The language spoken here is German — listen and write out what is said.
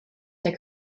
der